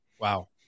Wow